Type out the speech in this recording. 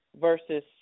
versus